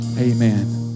Amen